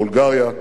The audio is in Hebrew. בולגריה.